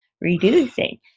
reducing